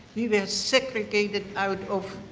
we we segregated out of